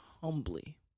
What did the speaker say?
humbly